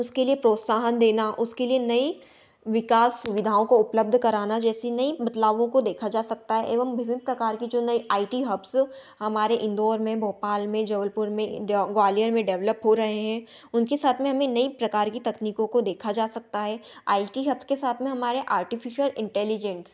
उसके लिए प्रोत्साहन देना उसके लिए नई विकास सुविधाओं को उपलब्ध कराना जैसी नई बदलाओं को देखा जा सकता है एवं विभिन्न प्रकार कि जो नई आई टी हब्स हमारे इंदोर में भोपाल में जबलपुर में ग्वालियर में देवलप हो रहे हैं उनके साथ में हमें नई प्रकार कि तकनीकों को देखा जा सकता है आई टी हब्स के साथ में हमारे आर्टिफिसिअल इंटेलिजेंस